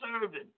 serving